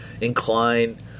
incline